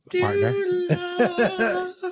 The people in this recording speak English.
partner